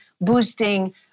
boosting